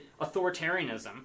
authoritarianism